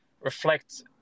reflect